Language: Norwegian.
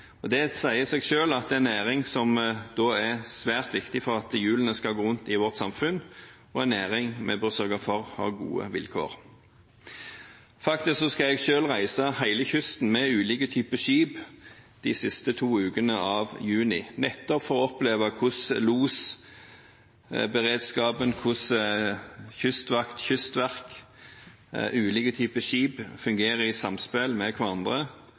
Det sier seg selv at en næring som er svært viktig for at hjulene skal gå rundt i samfunnet vårt, er en næring vi bør sørge for har gode vilkår. Jeg skal faktisk selv reise langs hele kysten med ulike typer skip de to siste ukene av juni, nettopp for å oppleve hvordan losberedskapen, kystvakt, kystverk og ulike typer skip fungerer i samspill med hverandre,